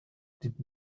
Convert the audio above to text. did